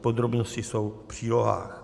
Podrobnosti jsou v přílohách.